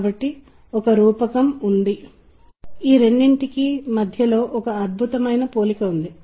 కాబట్టి సంగీతం అంటే ఏమిటో మనకు ప్రాథమిక నిర్వచనం ఉంది